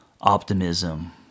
optimism